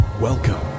Welcome